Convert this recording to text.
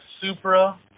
Supra